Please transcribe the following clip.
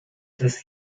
des